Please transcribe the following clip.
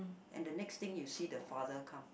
and the next thing you see the father come